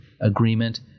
agreement